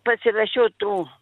pasirašiau tų